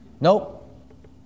Nope